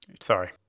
Sorry